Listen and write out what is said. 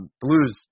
Blues